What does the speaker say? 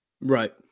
Right